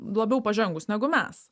labiau pažengus negu mes